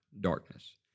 darkness